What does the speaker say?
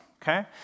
Okay